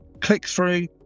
click-through